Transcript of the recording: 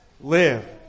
Live